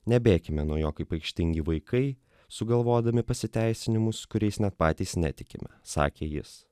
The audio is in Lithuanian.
nebėkime nuo jo kaip aikštingi vaikai sugalvodami pasiteisinimus kuriais net patys netikime sakė jis